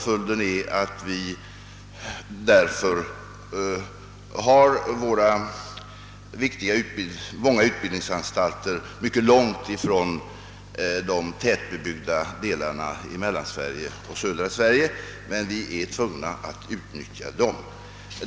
Följden är att vi därför har många utbildningsanstalter mycket långt från de tätbebyggda delarna av mellersta och södra Sverige, men vi är tvungna att utnyttja dem.